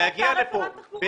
זה הרכב חסר.